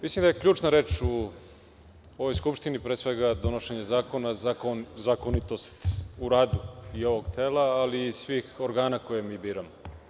Mislim da je ključna reč u ovoj Skupštini pre svega donošenje zakona, zakonitost u radu i ovog tela, ali i svih organa koje mi biramo.